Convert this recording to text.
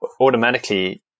automatically